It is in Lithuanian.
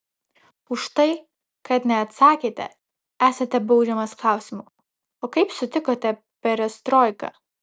už tai kad neatsakėte esate baudžiamas klausimu o kaip sutikote perestroiką